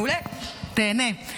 מעולה, תיהנה.